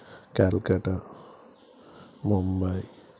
Kolkata Mumbai